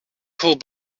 cold